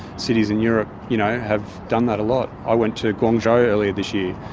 cities in europe you know have done that a lot. i went to guangzhou earlier this year,